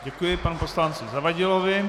Děkuji panu poslanci Zavadilovi.